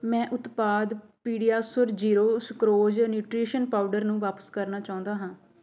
ਮੈਂ ਉਤਪਾਦ PediaSure zero sucrose nutrition powder ਨੂੰ ਵਾਪਸ ਕਰਨਾ ਚਾਹੁੰਦਾ ਹਾਂ